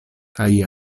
kaj